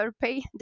pay